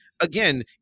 Again